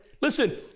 listen